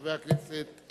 חבר הכנסת דניאל בן-סימון.